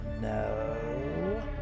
No